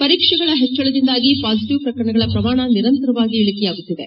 ಪರೀಕ್ಷೆಗಳ ಹೆಚ್ಚಳದಿಂದಾಗಿ ಪಾಸಿಟೀವ್ ಪ್ರಕರಣಗಳ ಪ್ರಮಾಣ ನಿರಂತರವಾಗಿ ಇಳಕೆಯಾಗುತ್ತಿದೆ